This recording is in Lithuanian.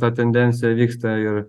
ta tendencija vyksta ir